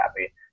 happy